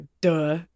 Duh